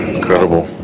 Incredible